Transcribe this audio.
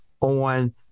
on